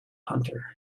hunter